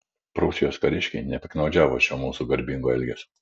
prūsijos kariškiai nepiktnaudžiavo šiuo mūsų garbingu elgesiu